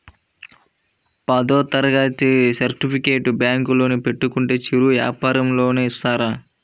పదవ తరగతి సర్టిఫికేట్ బ్యాంకులో పెట్టుకుంటే చిరు వ్యాపారంకి లోన్ ఇస్తారా?